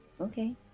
Okay